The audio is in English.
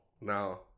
no